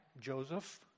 Joseph